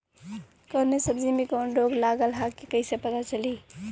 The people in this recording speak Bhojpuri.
कौनो सब्ज़ी में कवन रोग लागल ह कईसे पता चली?